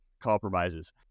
compromises